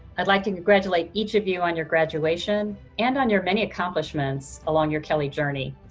i'd like to congratulate each of you on your graduation and on your many accomplishments along your kelley journey.